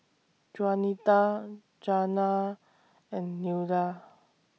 Juanita Janiah and Nilda